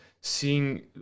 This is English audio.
seeing